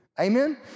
Amen